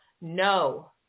no